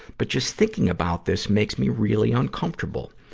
but just thinking about this makes me really uncomfortable.